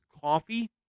coffee